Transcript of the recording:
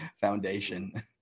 foundation